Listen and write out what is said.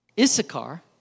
Issachar